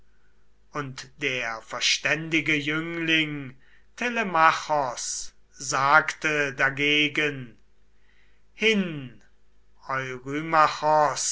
und der verständige jüngling telemachos sagte dagegen was